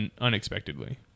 unexpectedly